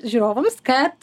žiūrovams kad